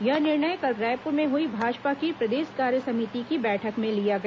यह निर्णय कल रायपुर में हुई भाजपा की प्रदेश कार्य समिति की बैठक में लिया गया